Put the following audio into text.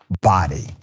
body